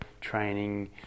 training